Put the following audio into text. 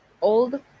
old